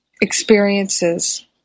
experiences